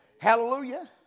hallelujah